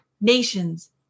nations